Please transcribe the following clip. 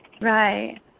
Right